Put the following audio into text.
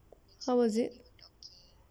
how was it